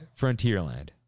Frontierland